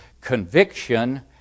conviction